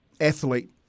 athlete